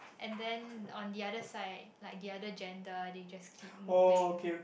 and then on the other side like the other gender they just keep moving